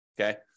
okay